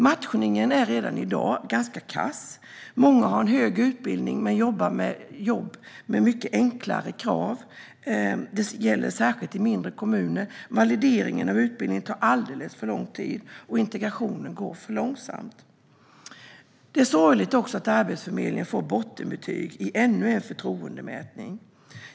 Matchningen är redan i dag ganska kass. Många har en hög utbildning men har jobb där kraven är mycket enklare. Det gäller särskilt i mindre kommuner. Valideringen av utbildning tar alldeles för lång tid, och integrationen går för långsamt. Det är sorgligt att Arbetsförmedlingen får bottenbetyg i ännu en förtroendemätning.